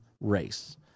race